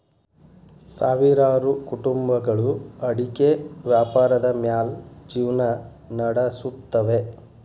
ಸಾವಿರಾರು ಕುಟುಂಬಗಳು ಅಡಿಕೆ ವ್ಯಾಪಾರದ ಮ್ಯಾಲ್ ಜಿವ್ನಾ ನಡಸುತ್ತವೆ